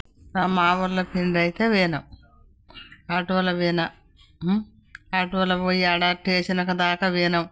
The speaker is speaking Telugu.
మా ఊర్లోకిండైతే పోయినం ఆటోలో పోయిన ఆటోలో పోయి ఆడ టేషన్కుదాక పోయినాం